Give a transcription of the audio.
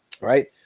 Right